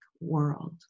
world